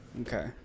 Okay